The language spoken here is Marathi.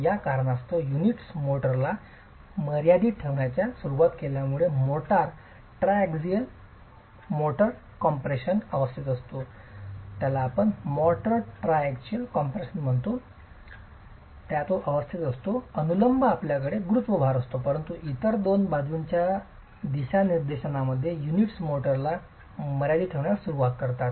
त्या कारणास्तव युनिट्स मोर्टारला मर्यादीत ठेवण्यास सुरुवात केल्यामुळे मोर्टार ट्रायएक्सियल कम्प्रेशनच्या अवस्थेत असतो अनुलंब आपल्याकडे गुरुत्व भार असतो परंतु इतर दोन बाजूंच्या दिशानिर्देशांमध्ये युनिट्स मोर्टारला मर्यादीत ठेवण्यास सुरवात करतात